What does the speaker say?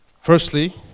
Firstly